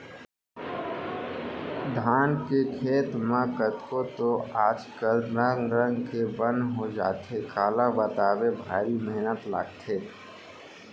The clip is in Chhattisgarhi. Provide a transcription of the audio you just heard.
धान के खेत म कतको तो आज कल रंग रंग के बन हो जाथे काला बताबे भारी मेहनत लागथे